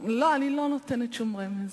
לא, אני לא נותנת שום רמז.